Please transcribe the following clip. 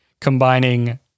combining